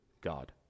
God